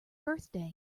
birthday